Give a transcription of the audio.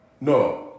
no